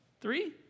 three